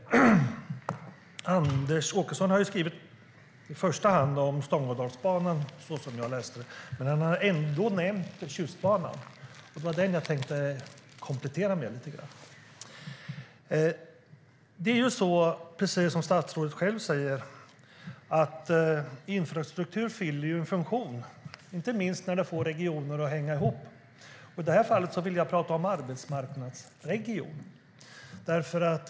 Anders Åkesson har i första hand berört Stångådalsbanan, som jag uppfattade det, men han har ändå nämnt Tjustbanan. Det var den jag tänkte komplettera med lite grann. Precis som statsrådet själv säger fyller infrastruktur en funktion, inte minst när den får regioner att hänga ihop. I det här fallet vill jag prata om arbetsmarknadsregion.